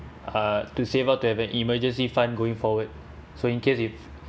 uh to save up to have an emergency fund going forward so in case if